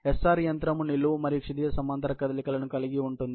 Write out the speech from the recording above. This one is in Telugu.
SR యంత్రం నిలువు మరియు క్షితిజ సమాంతర కదలికలను కలిగి ఉంటుంది